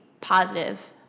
positive